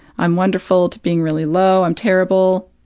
i'm wonderful, to being really low, i'm terrible,